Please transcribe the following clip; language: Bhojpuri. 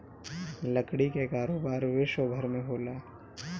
लकड़ी कअ कारोबार विश्वभर में होला